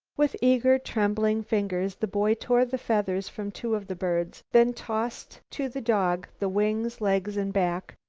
with eager, trembling fingers the boy tore the feathers from two of the birds, then tossed to the dog the wings, legs and back,